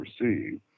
receive